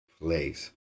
place